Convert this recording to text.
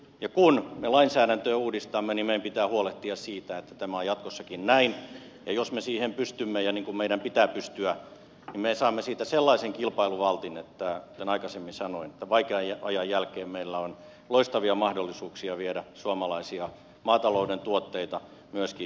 ja kun me lainsäädäntöä uudistamme meidän pitää huolehtia siitä että tämä on jatkossakin näin ja jos me siihen pystymme niin kuin meidän pitää pystyä niin me saamme siitä sellaisen kilpailuvaltin että kuten aikaisemmin sanoin vaikean ajan jälkeen meillä on loistavia mahdollisuuksia viedä suomalaisia maatalouden tuotteita myöskin ulkomaille